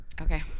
Okay